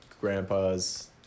grandpa's